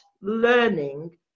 learning